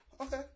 Okay